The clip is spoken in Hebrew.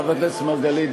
חבר הכנסת מרגלית,